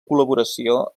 col·laboració